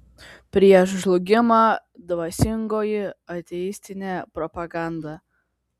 prieš žlugimą dvasingoji ateistinė propaganda